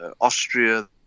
Austria